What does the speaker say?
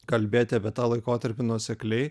kalbėti apie tą laikotarpį nuosekliai